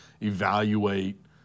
evaluate